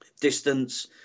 distance